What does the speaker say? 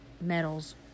medals